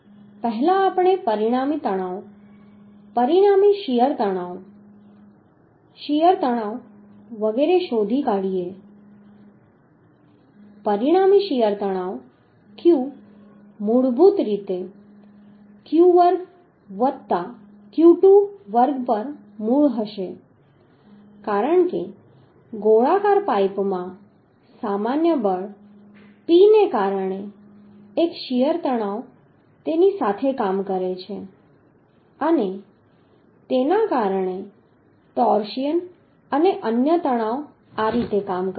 હવે પહેલા આપણે પરિણામી તણાવ પરિણામી શીયર તણાવ શીયર તણાવ શોધી કાઢીએ છીએ પરિણામી શીયર તણાવ q મૂળભૂત રીતે q1 વર્ગ વત્તા q2 વર્ગ પર મૂળ હશે કારણ કે ગોળાકાર પાઇપમાં સામાન્ય બળ P ને કારણે એક શીયર તણાવ તેની સાથે કામ કરે છે અને તેના કારણે ટોર્સિયન અને અન્ય તણાવ આ રીતે કામ કરે છે